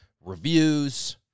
reviews